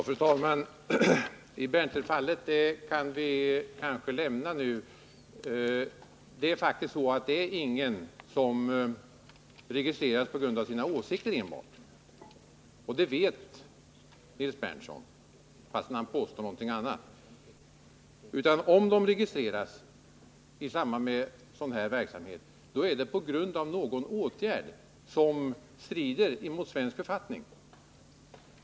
Fru talman! Berntlerfallet kan vi kanske lämna nu. Det är faktiskt så att ingen registreras enbart på grund av sina åsikter. Det vet Nils Berndtson, fastän han påstår något annat. Om en person registreras sker det på grund av att vederbörande vidtagit någon åtgärd som strider mot svensk författning.